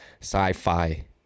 sci-fi